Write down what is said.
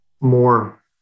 more